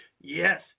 Yes